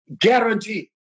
Guarantee